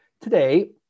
today